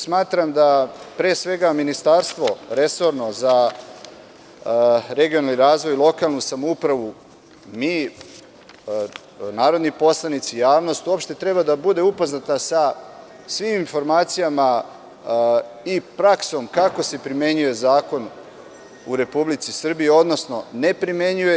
Smatram da, pre svega, Ministarstvo resorno za regionalni razvoj i lokalnu samoupravu, mi narodni poslanici, javnost, uopšte treba da bude upoznata sa svim informacijama i praksom kako se primenjuje zakon u Republici Srbiji, odnosno ne primenjuje.